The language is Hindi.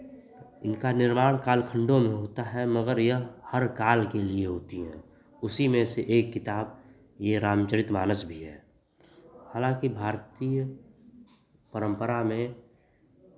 इनका निर्माण काल खंडों में होता है मगर यह हर काल के लिए होती हैं उसी में से एक किताब ये रामचरित मानस भी है हालांकि भारतीय परंपरा में